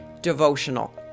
devotional